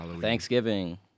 Thanksgiving